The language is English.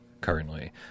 currently